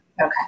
Okay